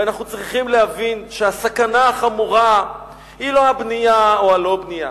ואנחנו צריכים להבין שהסכנה החמורה היא לא הבנייה או הלא-בנייה,